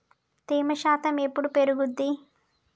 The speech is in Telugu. తేమ శాతం ఎప్పుడు పెరుగుద్ది?